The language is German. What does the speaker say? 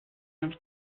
ganz